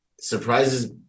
surprises